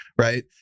Right